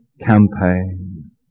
campaign